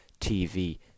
TV